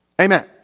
Amen